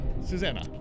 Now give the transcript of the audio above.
Susanna